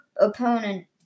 opponent